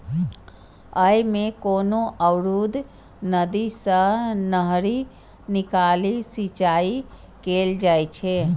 अय मे कोनो अवरुद्ध नदी सं नहरि निकालि सिंचाइ कैल जाइ छै